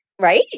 right